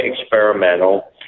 experimental